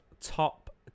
Top